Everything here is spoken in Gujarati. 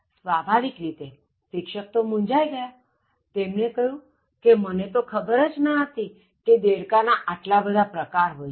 સ્વાભાવિક રીતે શિક્ષક તો મૂંઝાઇ ગયા અને તેમણે કહ્યું કે મને તો ખબર જ ન હતી કે દેડકાના આટલા બધા પ્રકાર હોય છે